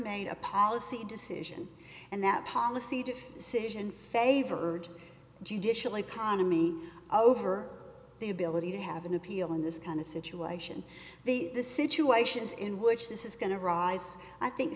made a policy decision and that policy to sit in favor of judicial economy over the ability to have an appeal in this kind of situation the the situations in which this is going to arise i think